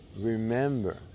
remember